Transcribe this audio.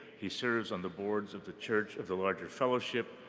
he serves on the board of the church of the larger fellowship,